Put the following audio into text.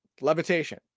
levitation